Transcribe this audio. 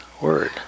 word